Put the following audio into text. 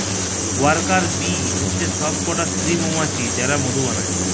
worker bee হচ্ছে সব কটা স্ত্রী মৌমাছি যারা মধু বানায়